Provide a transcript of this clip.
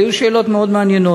אלה היו שאלות מאוד מעניינות.